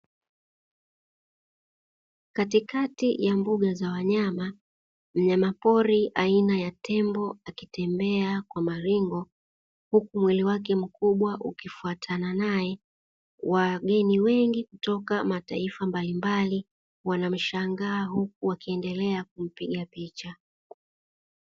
Katikati ya mbuga za wanyama, mnyamapori aina ya tembo akitembea kwa maringo, huku mwili wake mkubwa ukifatana naye; wageni wengi kutoka mataifa mbalimbali, wanamshangaa huku wakiendelea kumpiga picha.